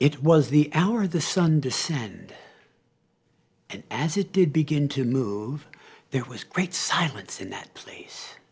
it was the hour the sun descended and as it did begin to move there was great silence in that place